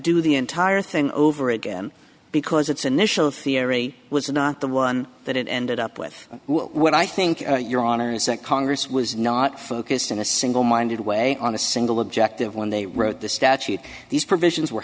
do the entire thing over again because its initial theory was not the one that it ended up with what i think your honor is that congress was not focused in a single minded way on a single objective when they wrote the statute these provisions were